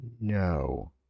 No